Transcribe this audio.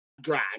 drag